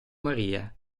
maria